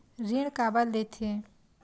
ऋण काबर लेथे?